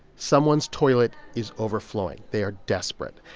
someone's toilet is overflowing. they are desperate.